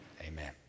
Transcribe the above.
Amen